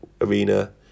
arena